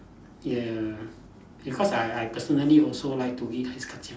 ya ya because I I personally also like to eat ice kacang